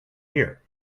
here